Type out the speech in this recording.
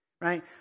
Right